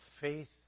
faith